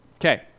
Okay